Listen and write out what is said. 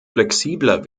flexibler